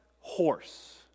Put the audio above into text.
horse